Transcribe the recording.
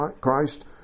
Christ